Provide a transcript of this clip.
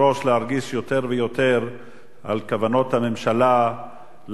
להרגיש יותר ויותר בכוונות הממשלה להעלות